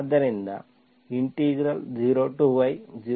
ಆದ್ದರಿಂದ 0y0 dyC